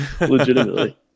legitimately